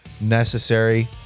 necessary